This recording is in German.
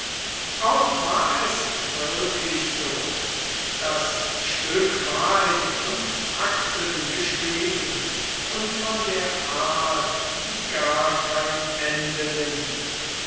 auch war es wirklich so das stück war in fünf akten geschrieben und von der art die gar kein ende nimmt